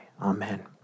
amen